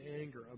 anger